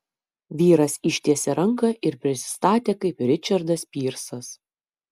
vyras ištiesė ranką ir prisistatė kaip ričardas pyrsas